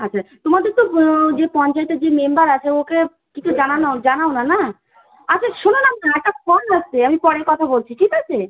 আচ্ছা তোমাদের তো যে পঞ্চায়েতের যে মেম্বার আছে ওকে কিছু জানানো জানাও না না আচ্ছা শোনো না মা একটা ফোন আসছে আমি পরে কথা বলছি ঠিক আছে